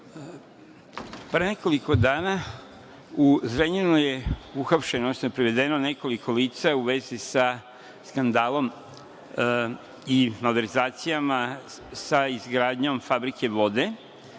nekoliko dana u Zrenjaninu je uhapšeno, odnosno privedeno nekoliko lica u vezi sa skandalom i malverzacijama sa izgradnjom fabrike vode,